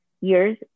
years